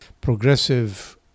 progressive